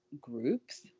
groups